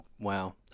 Wow